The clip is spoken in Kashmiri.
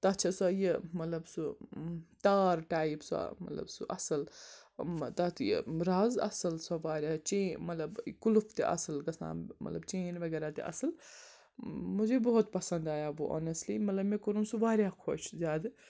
تَتھ چھِ سۄ یہِ مطلب سُہ تار ٹایپ سۄ مطلب سُہ اَصٕل تَتھ یہِ رَز اَصٕل سۄ واریاہ چین مطلب کُلُف تہِ اَصٕل گَژھان مطلب چین وغیرہ تہِ اَصٕل مجھے بہت پَسنٛد آیا وہ آونسٹلی مطلب مےٚ کوٚرُن سُہ واریاہ خۄش زیادٕ